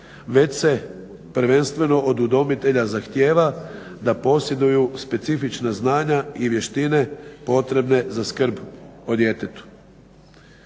Već se prvenstveno od udomitelja zahtjeva da posjeduju specifična znanja i vještine potrebne za skrb o djetetu.